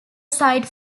site